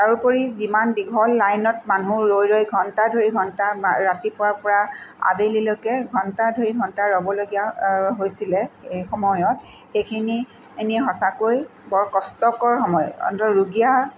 তাৰ উপৰি যিমান দীঘল লাইনত মানুহ ৰৈ ৰৈ ঘণ্টা ধৰি ঘণ্টা ৰাতিপুৱাৰ পৰা আবেলিলৈকে ঘণ্টা ধৰি ঘণ্টা ৰ'বলগীয়া হৈছিলে সেইসময়ত এইখিনি এনেই সঁচাকৈ বৰ কষ্টকৰ সময় অন্ত ৰুগীয়া